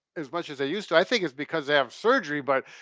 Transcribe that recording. as much as they used to. i think it's because they have surgery but,